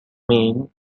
main